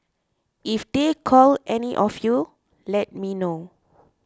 if they call any of you let me know